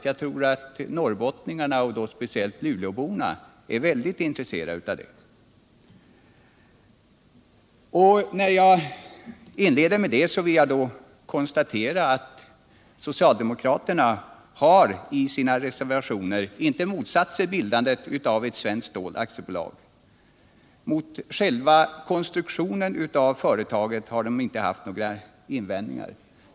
Jag tror att norrbottningarna, och speciellt Luleåborna, är mycket intresserade av det. Jag vill konstatera att socialdemokraterna i sina reservationer inte motsatt sig bildandet av Svenskt Stål AB. Mot själva konstruktionen av företaget har de inte haft några invändningar.